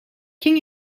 quién